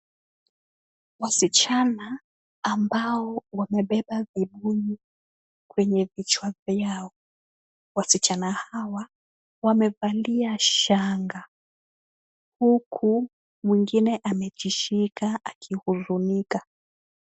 Wasichana ambao wamebeba vibuyu kwenye vichwa vyao. Wasichana hawa wamevalia shanga huku mwingine amejishika akihurumika.